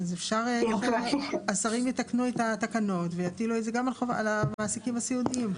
אז אפשר שהשרים יתקנו את התקנות ויטילו את זה גם על המעסיקים הסיעודיים.